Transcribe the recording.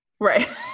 Right